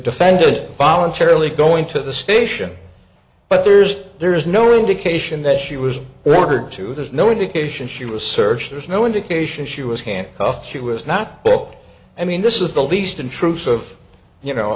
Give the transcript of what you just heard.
defended voluntarily going to the station but there's there is no indication that she was ordered to there's no indication she was searched there's no indication she was handcuffed she was not book i mean this is the least intrusive you know